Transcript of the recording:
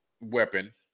weapon